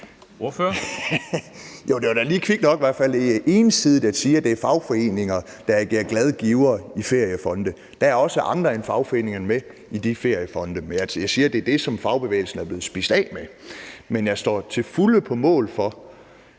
i hvert fald lige kvikt nok ensidigt at sige, at det er fagforeninger, der agerer glade givere i feriefonde; der er også andre end fagforeningerne med i de feriefonde. Men altså, jeg siger, at det er det, fagbevægelsen er blevet spist af med. Jeg står til fulde på mål for,